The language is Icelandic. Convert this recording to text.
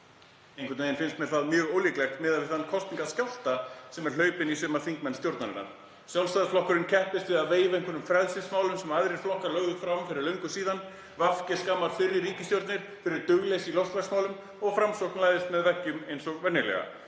Einhvern veginn finnst mér það mjög ólíklegt miðað við þann kosningaskjálfta sem er hlaupinn í suma þingmenn stjórnarinnar. Sjálfstæðisflokkurinn keppist við að veifa einhverjum frelsismálum sem aðrir flokkar lögðu fram fyrir löngu síðan, VG skammar fyrri ríkisstjórnir fyrir dugleysi í loftslagsmálum og Framsókn læðist með veggjum eins og venjulega.